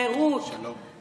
חירות,